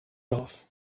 love